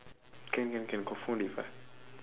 can can can confirm they fight